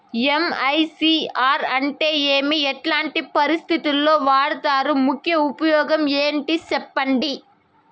MICR అంటే ఏమి? ఎట్లాంటి పరిస్థితుల్లో వాడుతారు? ముఖ్య ఉపయోగం ఏంటి సెప్పండి?